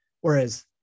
Whereas